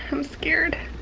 i'm scared